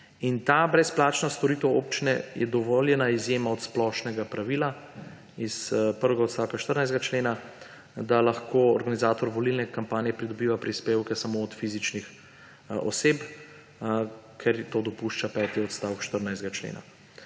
Ta brezplačna storitev občine je dovoljena izjema od splošnega pravila iz prvega odstavka 14. člena, da lahko organizator volilne kampanje pridobiva prispevke samo od fizičnih oseb, ker to dopušča peti odstavek 14. člena.